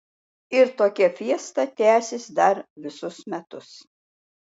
ir tokia fiesta tęsis dar visus metus